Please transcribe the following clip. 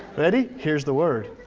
ready? here's the word.